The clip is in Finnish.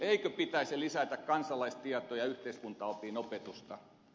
eikö pitäisi lisätä kansalaistietoa ja yhteiskuntaopin opetusta